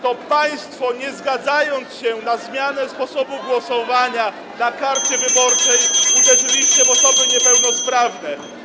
To państwo, nie zgadzając się na zmianę sposobu głosowania na karcie wyborczej, [[Gwar na sali, dzwonek]] uderzyliście w osoby niepełnosprawne.